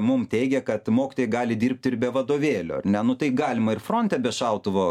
mum teigia kad mokytojai gali dirbti ir be vadovėlio ar ne nu tai galima ir fronte be šautuvo